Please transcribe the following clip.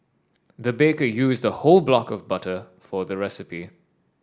the baker used a whole block of butter for the recipe